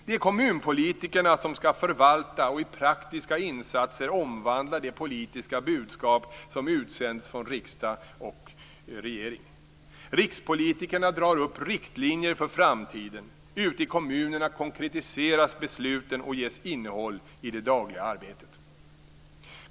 Det är kommunpolitikerna som skall förvalta och i praktiska insatser omvandla det politiska budskap som utsänds från riksdag och regering. Rikspolitikerna drar upp riktlinjer för framtiden. Ute i kommunerna konkretiseras besluten och ges innehåll i det dagliga arbetet.